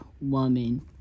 woman